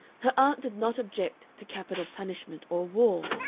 her aunt did not object to capital punishment or war,